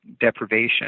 deprivation